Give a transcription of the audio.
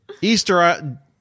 Easter